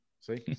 See